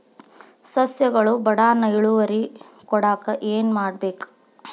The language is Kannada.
ಸಸ್ಯಗಳು ಬಡಾನ್ ಇಳುವರಿ ಕೊಡಾಕ್ ಏನು ಮಾಡ್ಬೇಕ್?